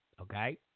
okay